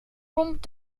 komt